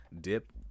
dip